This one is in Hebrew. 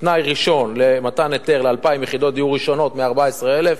תנאי ראשון למתן היתר ל-2,000 יחידות דיור ראשונות מה-14,000,